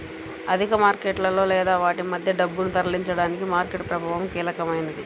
ఆర్థిక మార్కెట్లలో లేదా వాటి మధ్య డబ్బును తరలించడానికి మార్కెట్ ప్రభావం కీలకమైనది